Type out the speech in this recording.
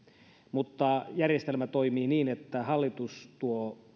mutta järjestelmä toimii niin että hallitus tuo